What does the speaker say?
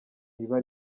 iba